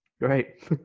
great